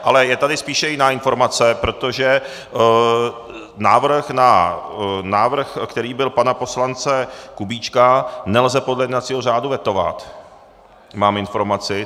Ale je tady spíše jiná informace, protože návrh, který byl pana poslance Kubíčka, nelze podle jednacího řádu vetovat, mám informaci.